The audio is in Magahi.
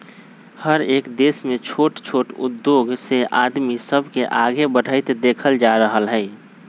हरएक देश में छोट छोट उद्धोग से आदमी सब के आगे बढ़ईत देखल जा रहल हई